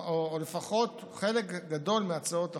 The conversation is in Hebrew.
או לפחות חלק גדול מהצעות החוק,